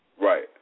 Right